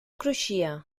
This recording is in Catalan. cruixia